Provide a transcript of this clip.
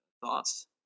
thoughts